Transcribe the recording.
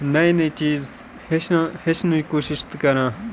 نَیہِ نَیہِ چیٖز ہیٚچھنا ہیٚچھنٕچ کوٗشِش تہٕ کَران